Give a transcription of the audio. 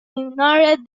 ignored